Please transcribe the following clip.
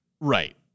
Right